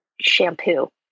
shampoo